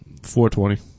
420